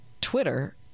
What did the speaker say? Twitter